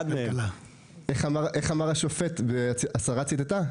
איך אמר השופט, והשרה ציטטה?